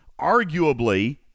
arguably